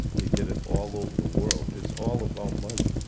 they did it all over the world. it's all about money.